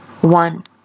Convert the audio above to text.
One